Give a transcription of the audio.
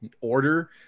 order